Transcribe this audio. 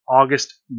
August